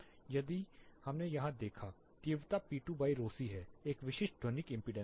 जैसा कि हमने यहां देखा तीव्रता P2 ρC है एक विशिष्ट ध्वनिक एमपीडेस है